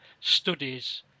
studies